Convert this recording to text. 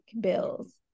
bills